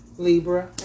Libra